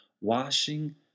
washing